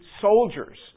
soldiers